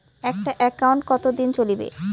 একটা একাউন্ট কতদিন চলিবে?